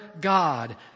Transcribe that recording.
God